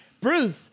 Bruce